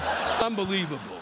Unbelievable